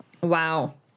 Wow